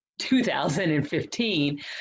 2015